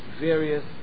various